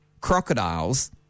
Crocodiles